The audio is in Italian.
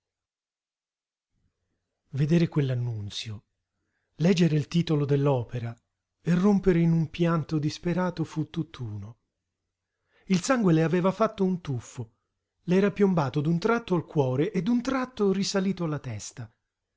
destino vedere quell'annunzio leggere il titolo dell'opera e rompere in un pianto disperato fu tutt'uno il sangue le aveva fatto un tuffo le era piombato d'un tratto al cuore e d'un tratto risalito alla testa